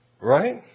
Right